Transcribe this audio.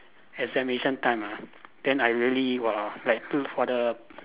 examination time ah then I really !wah! like do for the